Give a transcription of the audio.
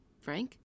Frank